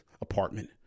apartment